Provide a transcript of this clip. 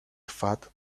fat